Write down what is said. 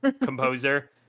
composer